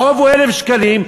החוב הוא 1,000 שקלים,